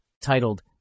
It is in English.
Titled